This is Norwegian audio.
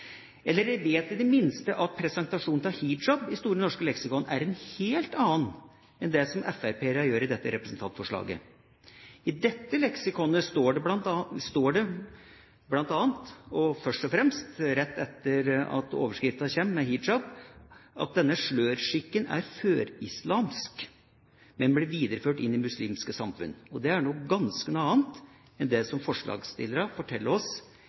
Eller: Jeg vet i det minste at presentasjonen av hijab i Store norske leksikon er en helt annen enn det som FrP-erne gjør i dette representantforslaget. I dette leksikonet står det bl.a. under «hijab» at «denne slørskikken er før-islamsk, men ble videreført i muslimske samfunn». Det er noe ganske annet enn det